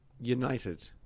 United